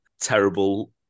terrible